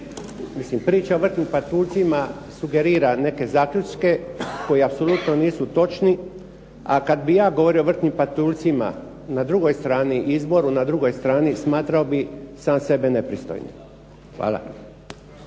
Mislim priča o vrtnim patuljcima sugerira neke zaključke koji apsolutno nisu točni. A kada bih ja govorio o vrtnim patuljcima, na drugoj strani, izboru na drugoj strani, smatrao bih sam sebe nepristojnim. Hvala.